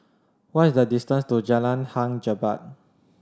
what is the distance to Jalan Hang Jebat